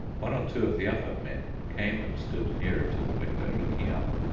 one or two of the other men came and stood nearer to the window, looking up.